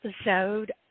episode